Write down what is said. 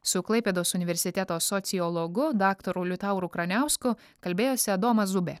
su klaipėdos universiteto sociologu daktaru liutauru kraniausku kalbėjosi adomas zubė